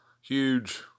huge